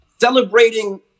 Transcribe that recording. Celebrating